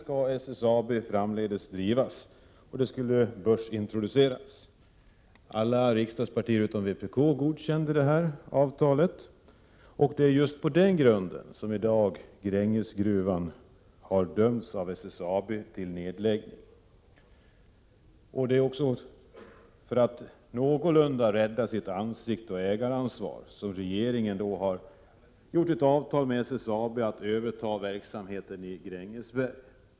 Vidare skulle SSAB börsintroduceras. Alla riksdagspartier utom vpk godkände avtalet. Det är just på den grunden som SSAB i dag har dömt Grängesgruvan till nedläggning. För att någorlunda rädda ansiktet och även ta hänsyn till ägaransvaret har regeringen träffat ett avtal med SSAB om ett övertagande av verksamheten i Grängesberg.